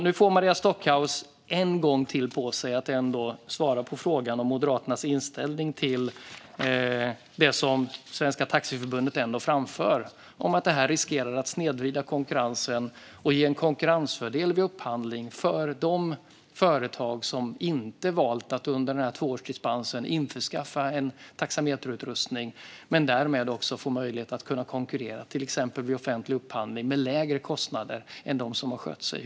Nu får Maria Stockhaus en gång till på sig att svara på frågan om Moderaternas inställning till det som Svenska Taxiförbundet framför om att det riskerar att snedvrida konkurrensen och ge en konkurrensfördel vid upphandling för de företag som inte valt att under denna tvåårsdispens införskaffa en taxameterutrustning. De skulle därmed få möjlighet att konkurrera till exempel vid offentlig upphandling med lägre kostnader än dem som har skött sig.